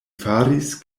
faris